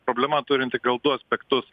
problema turinti gal du aspektus